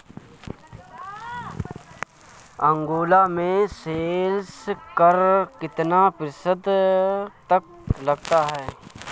Angola में sales कर कितना प्रतिशत तक लगता है?